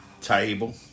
table